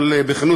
אבל בכנות,